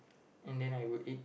and then I would eat